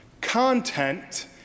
content